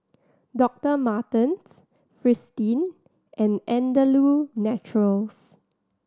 Doctor Martens Fristine and Andalou Naturals